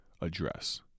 Address